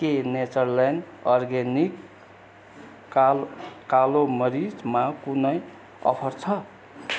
के Natureland organic काल कालो मरिचमा कुनै अफर छ